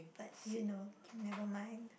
but you know never mind